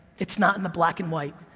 it's not in the black and white.